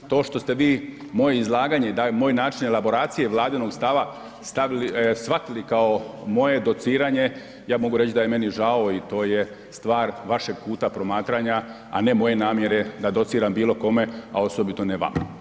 To što ste vi moje izlaganje i moj način elaboracije vladinog stava stavili, shvatili kao moje dociranje, ja mogu reći da je meni žao i to je stvar vašeg kuta promatranja, a ne moje namjere da dociram bilo kome, a osobito ne vama.